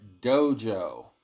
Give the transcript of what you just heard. Dojo